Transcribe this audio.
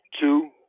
Two